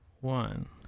one